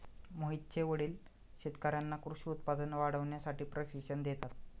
मोहितचे वडील शेतकर्यांना कृषी उत्पादन वाढवण्यासाठी प्रशिक्षण देतात